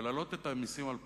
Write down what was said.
ולהעלות את המסים על פירות,